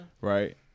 Right